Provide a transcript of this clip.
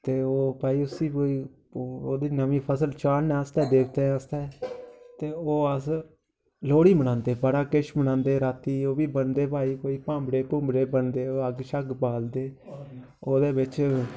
ते ओह् भई उसी कोई ओह्दी नमीं फसल चाढ़ने आस्तै देवते आस्तै ते ओह् अस लोह्ड़ी मनांदे बड़ा किश मनांदे रातीं ओह् बी बनदे भामड़े भुम्बड़े बलदे अग शग्ग बालदे ओहदे बिच्च